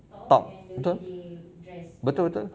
talk betul betul betul